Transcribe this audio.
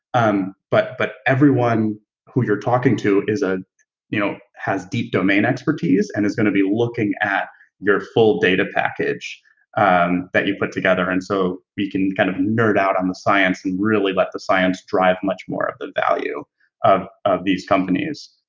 um but but everyone who you're talking to ah you know has deep domain expertise and is going to be looking at your full data package and that you've put together and so we can kind of nerd out on the science and really let the science drive much more of the value of of these companies